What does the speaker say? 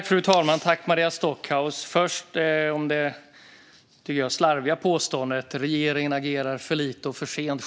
Fru talman! Jag tycker att det är ett slarvigt påstående att regeringen agerar för lite och för sent.